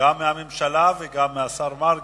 גם מהממשלה וגם מהשר מרגי,